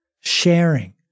sharing